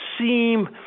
seem